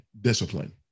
discipline